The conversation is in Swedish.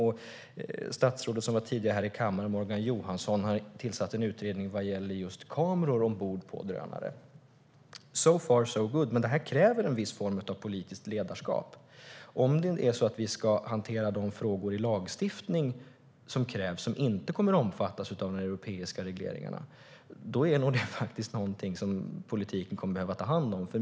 Och statsrådet Morgan Johansson, som var här i kammaren tidigare, har tillsatt en utredning vad gäller just kameror ombord på drönare. So far so good, men detta kräver en viss form av politiskt ledarskap. Om vi ska hantera de frågor i lagstiftningen som krävs, som inte kommer att omfattas av de europeiska regleringarna, är det faktiskt någonting som politiken kommer att behöva ta hand om.